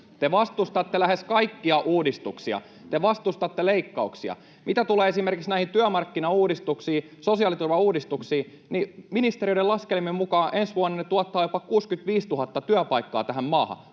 Te vastustatte lähes kaikkia uudistuksia, te vastustatte leikkauksia. Mitä tulee esimerkiksi näihin työmarkkinauudistuksiin, sosiaaliturvauudistuksiin, niin ministeriöiden laskelmien mukaan ensi vuonna ne tuottavat jopa 65 000 työpaikkaa tähän maahan